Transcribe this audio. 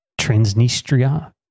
Transnistria